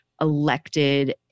elected